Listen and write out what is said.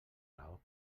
raó